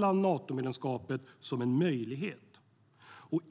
man Natomedlemskapet som en möjlighet.